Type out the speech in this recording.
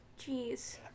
Jeez